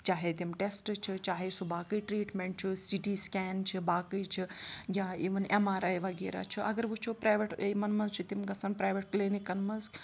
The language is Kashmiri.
چاہے تِم ٹٮ۪سٹ چھِ چاہے سُہ باقٕے ٹرٛیٖٹمٮ۪نٛٹ چھُ سی ٹی سِکین چھِ باقٕے چھِ یا اِوٕن اٮ۪م آر آی وَغیرہ چھُ اگر وٕچھو پرٛایویٹ یِمَن مَنٛزچھِ تِم گژھان پرٛایویٹ کِلنِکَن منٛز